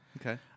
Okay